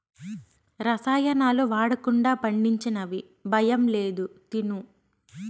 రసాయనాలు వాడకుండా పండించినవి భయం లేదు తిను